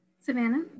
Savannah